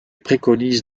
préconise